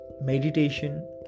meditation